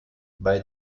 bei